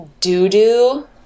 Doodoo